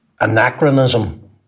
anachronism